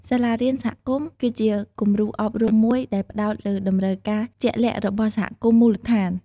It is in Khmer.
សាលារៀនសហគមន៍ គឺជាគំរូអប់រំមួយដែលផ្តោតលើតម្រូវការជាក់លាក់របស់សហគមន៍មូលដ្ឋាន។